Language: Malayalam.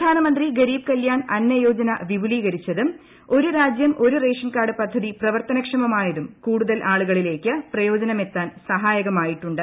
പ്രധാനമന്ത്രി ഗര്മിബ്പ് ്കല്യാൺ അന്ന യോജന വിപുലീകരിച്ചതും ഒരു രാജ്യ് കൂഒരു റേഷൻ കാർഡ് പദ്ധതി പ്രവർത്തനക്ഷമമായതും കൂടുതൽ ആളുകളിലേക്ക് പ്രയോജന മെത്താൻ സഹായകമായിട്ടുണ്ട്